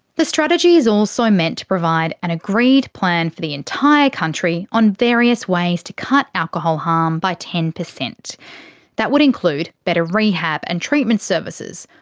the strategy is also meant to provide an agreed plan for the entire country on various ways to cut alcohol harm by ten that would include better rehab and treatment services,